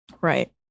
Right